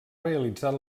realitzar